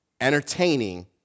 entertaining